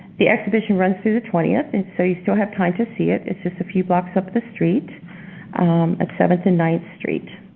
the exhibition runs through the twentieth and so you still have time to see it. it's just a few blocks up the street at seventh and ninth street.